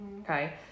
Okay